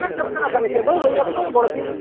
ନା ଦରକାର ନାହିଁ କେବଳ ରୋହି ଭାକୁର ବଡ଼ ପିସ୍